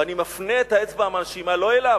ואני מפנה את האצבע המאשימה לא אליו,